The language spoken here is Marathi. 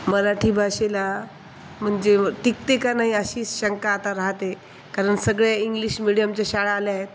मराठी भाषेला म्हणजे टिकते का नाही अशीच शंका आता राहते कारण सगळे इंग्लिश मिडियमच्या शाळा आल्या आहेत